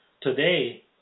today